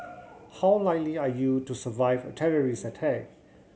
how likely are you to survive a terrorist attack